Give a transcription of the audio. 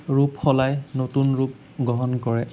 ৰূপ সলাই নতুন ৰূপ গ্ৰহণ কৰে